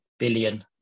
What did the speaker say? Billion